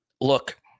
Look